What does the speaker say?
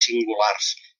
singulars